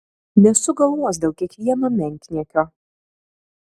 nesuk galvos dėl kiekvieno menkniekio